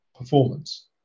performance